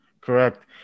Correct